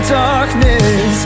darkness